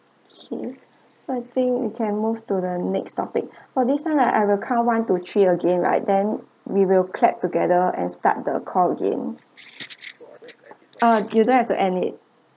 okay so I think we can move to the next topic for this one ah I will count one two three again right then we will clap together and start the call again ah you don't have to end it